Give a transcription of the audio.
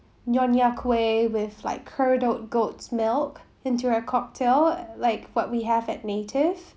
nyonya kueh with like curdled goat's milk into a cocktail like what we have at native